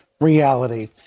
reality